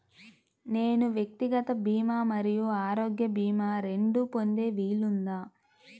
నేను వ్యక్తిగత భీమా మరియు ఆరోగ్య భీమా రెండు పొందే వీలుందా?